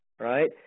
right